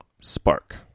Spark